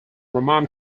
roman